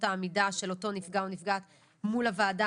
העמידה של אותו נפגע או נפגעת מול הועדה,